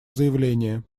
заявление